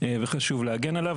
וחשוב להגן על זה.